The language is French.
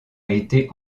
été